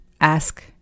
ask